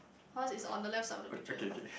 how is on the left side of the picture